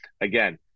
again